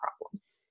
problems